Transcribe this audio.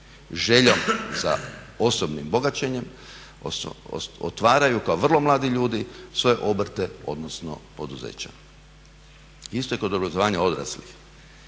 željom za osobnim bogaćenjem otvaraju kao vrlo mladi ljudi svoje obrte odnosno poduzeća. Isto je kod obrazovanja odraslih,